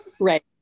Right